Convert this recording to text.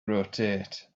rotate